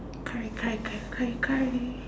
curry curry curry curry curry